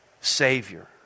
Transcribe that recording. savior